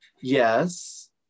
Yes